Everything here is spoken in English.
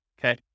okay